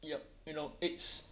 yup you know it's